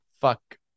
fuck